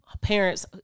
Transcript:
Parents